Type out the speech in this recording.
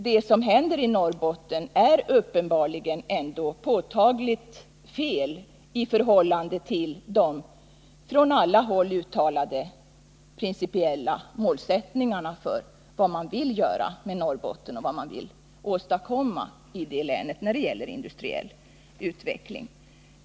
Det som händer i Norrbotten är ändå påtagligt fel i förhållande till de från alla håll uttalade principiella målsätt Nr 42 ningarna för vad man vill göra med Norrbotten och vill åstadkomma i det Måndagen den länet när det gäller industriell utveckling.